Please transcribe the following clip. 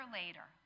later